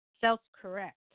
self-correct